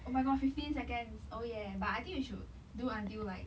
oh my god fifteen seconds oh ya but I think we should do until like